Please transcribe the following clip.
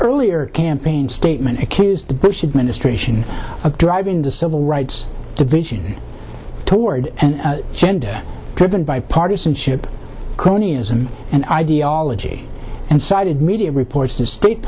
earlier campaign statement accused the bush administration of driving the civil rights division toward gender driven by partisanship cronyism and ideology and cited media reports that state